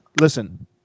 Listen